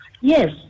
yes